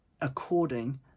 according